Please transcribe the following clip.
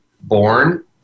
born